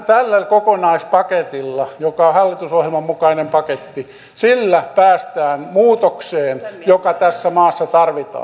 tällä kokonaispaketilla joka on hallitusohjelman mukainen paketti päästään muutokseen joka tässä maassa tarvitaan